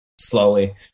slowly